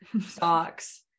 socks